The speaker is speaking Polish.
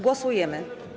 Głosujemy.